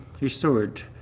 restored